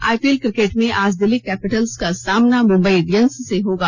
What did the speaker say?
IPL cricket में आज Delhi Capitals का सामना मुम्बई इंडियन्स से होगा